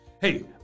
Hey